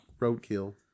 roadkill